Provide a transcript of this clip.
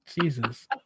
jesus